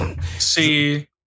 see